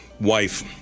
wife